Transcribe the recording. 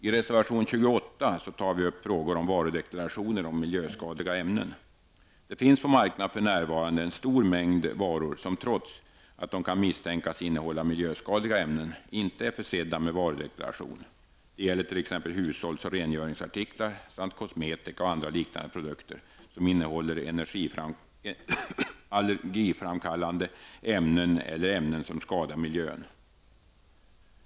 I reservation 28 tar vi upp frågor om varudeklarationer om miljöskadliga ämnen. Det finns på marknaden för närvarande en stor mängd varor som, trots att de kan misstänkas innehålla miljöskadliga ämnen, inte är försedda med varudeklaration. Det gäller t.ex. hushålls och rengöringsartiklar samt kosmetika och andra liknande produkter som innehåller allergiframkallande ämnen eller ämnen som skadar miljön.